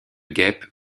guêpes